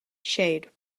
shade